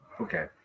Okay